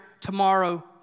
tomorrow